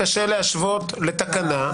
שקשה להשוות לתקנה,